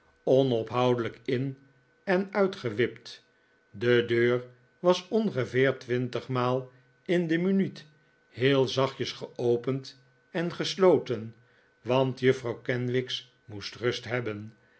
onophoudelijk in en uitgewipt de deur was ongeveer twintigmaal in de minuut heel zachtjes geopend en gesloten want juffrouw kenwigs moest rust hebben